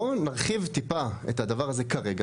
בוא נרחיב טיפה את הדבר הזה כרגע,